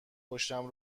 پشتم